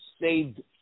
saved